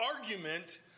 argument